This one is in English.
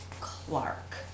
Clark